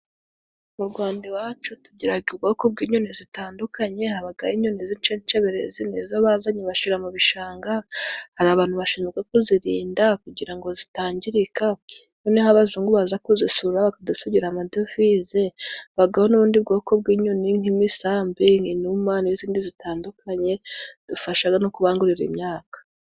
Mu Rwanda iwacu tugiraga ubwoko bw'inyoni zitandukanye, habagaho inyoni z'insheceberezi ni izo bazanye bashira mu ibishanga. Hari abantu bashinzwe kuzirinda kugira ngo zitangirika. Noneho abazungu baza kuzisura bakadusigira amadovize. Habagaho n'ubundi bwoko bw'inyoni nk'imisambi, inuma n'izindi zitandukanye, zidufashaga no kubangurira imyaka.